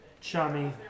chummy